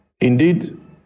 indeed